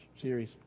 series